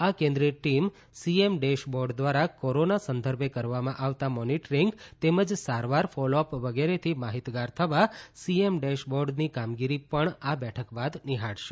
આ કેન્દ્રીય team C M dashboard દ્વારા કોરોના સંદર્ભે કરવામાં આવતા મોનીટરીંગ તેમજ સારવાર ફોલોઅપ વગેરે થી માહિતગાર થવા સી એમ ડેશ બોર્ડ ની કામગીરી પણ આ બેઠક બાદ નિહાળશે